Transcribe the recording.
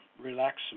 relax